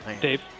Dave